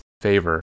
favor